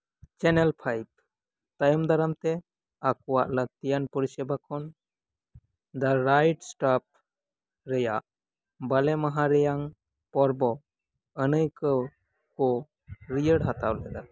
channel five ᱛᱟᱭᱚᱢ ᱫᱟᱨᱟᱢ ᱛᱮ ᱟᱠᱚᱣᱟᱜ ᱞᱟᱹᱠᱛᱤᱭᱟᱱ ᱯᱚᱨᱤᱥᱮᱵᱟ ᱠᱷᱚᱱ ᱫᱟ ᱨᱟᱭᱤᱴ ᱮᱥᱴᱟᱯᱷ ᱨᱮᱭᱟᱜ ᱵᱟᱞᱮ ᱢᱟᱦᱟ ᱨᱮᱭᱟᱝ ᱯᱚᱨᱵᱚ ᱟᱱᱟᱹᱭᱠᱟᱹᱣ ᱠᱚ ᱨᱤᱭᱟᱹᱲ ᱦᱟᱛᱟᱣ ᱞᱮᱫᱟ